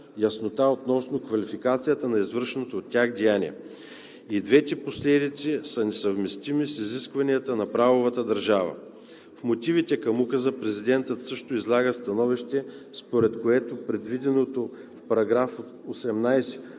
яснота относно квалификацията на извършеното от тях деяние. И двете последици са несъвместими с изискванията на правовата държава. В мотивите към указа президентът също излага становище, според което предвиденото в § 18